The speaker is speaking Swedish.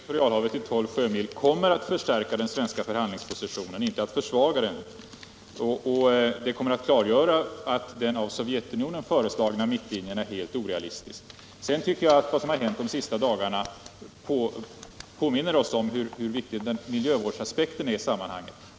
Herr talman! En utvidgning av det svenska territorialhavet till tolv sjömil kommer att förstärka den svenska förhandlingspositionen, inte att försvaga den. Det kommer att klargöra att den av Sovjetunionen föreslagna mittlinjen är helt orealistisk. Vad som har hänt de senaste dagarna bör väl påminna oss om hur viktig miljövårdsaspekten är i sammanhanget.